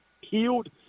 healed